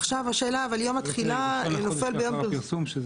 עכשיו שאלה, יום התחילה נופל ביום פרסום.